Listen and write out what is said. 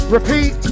Repeat